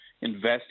invest